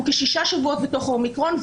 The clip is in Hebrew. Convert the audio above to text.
אנחנו כשישה שבועות בתוך האומיקרון,